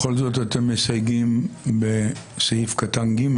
בכל זאת אתם מסייגים בסעיף קטן (ג),